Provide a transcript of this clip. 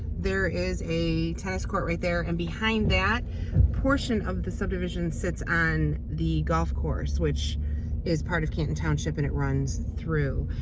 there is a tennis court right there and behind that portion of the subdivision sits on the golf course which is part of canton township and it runs through.